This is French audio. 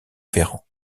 ferrand